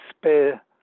spare